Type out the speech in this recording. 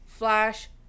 Flash